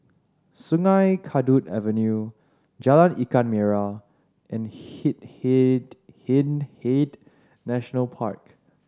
Sungei Kadut Avenue Jalan Ikan Merah and Hindhede National Park